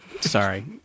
Sorry